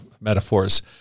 metaphors